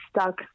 stuck